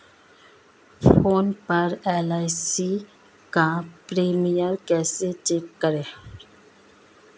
Phone पर एल.आई.सी का premium कैसे चेक करें?